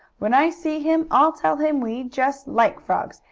when i see him i'll tell him we just like frogs,